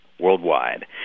Worldwide